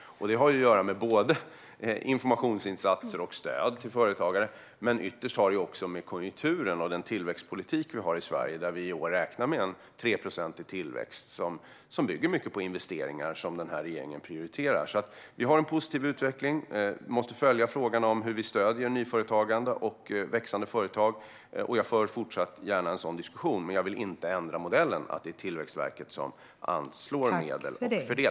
Det har att göra med informationsinsatser och stöd till företagare, men ytterst har det att göra med konjunkturen och den tillväxtpolitik vi har i Sverige. I år räknar vi med en 3procentig tillväxt som till stor del bygger på investeringar som den här regeringen prioriterar. Vi har en positiv utveckling. Vi måste följa frågan om hur vi stöder nyföretagande och växande företag. Jag för fortsatt gärna en sådan diskussion. Men jag vill inte ändra modellen att det är Tillväxtverket som anslår och fördelar medel.